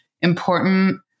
important